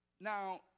now